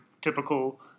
typical